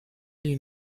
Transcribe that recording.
lui